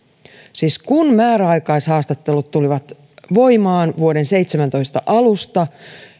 siis kun määräaikaishaastattelut tulivat voimaan vuoden seitsemäntoista alusta